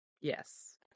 Yes